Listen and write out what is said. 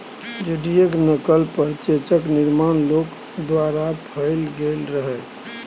हुंडीयेक नकल पर चेकक निर्माण लोक द्वारा कैल गेल रहय